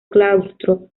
claustro